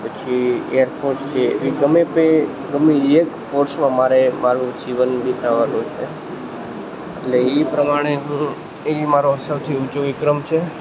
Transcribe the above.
પછી એરફોર્સ છે એવી ગમે તે ગમે એ એક ફોર્સમાં મારે મારું જીવન વીતાવવાનું છે અટલે એ પ્રમાણે હું એ મારો સૌથી ઊંચો વિક્રમ છે